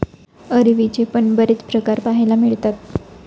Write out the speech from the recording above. अरवीचे पण बरेच प्रकार पाहायला मिळतात